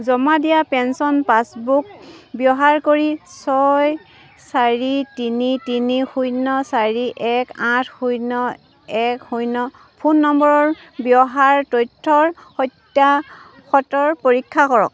জমা দিয়া pension passbook ব্যৱহাৰ কৰি ছয় চাৰি তিনি তিনি শূন্য চাৰি এক আঠ শূন্য এক শূন্য ফোন নম্বৰৰ ব্যৱহাৰ তথ্যৰ সত্য়াসত্য় পৰীক্ষা কৰক